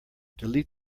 delete